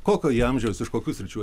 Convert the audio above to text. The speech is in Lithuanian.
kokio jie amžiaus iš kokių sričių